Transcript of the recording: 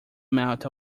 melt